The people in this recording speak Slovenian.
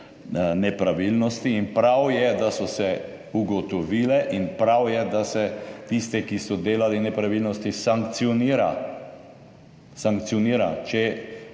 nepravilnosti in prav je, da so se ugotovile, in prav je, da se tiste, ki so delali nepravilnosti, sankcionira. Če